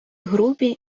грубі